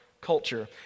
culture